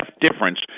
difference